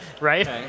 Right